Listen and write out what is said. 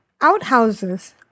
outhouses